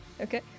Okay